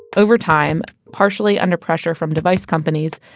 overtime, partially under pressure from device companies,